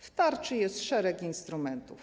W tarczy jest szereg instrumentów.